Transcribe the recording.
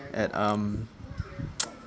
at um